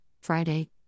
Friday